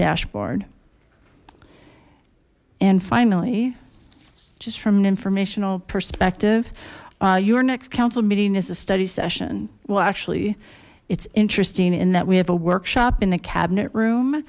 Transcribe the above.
dashboard and finally just from an informational perspective your next council meeting is a study session well actually it's interesting in that we have a workshop in the cabinet room